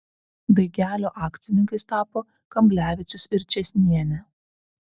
daigelio akcininkais tapo kamblevičius ir čėsnienė